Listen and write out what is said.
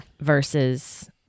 Versus